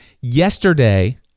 yesterday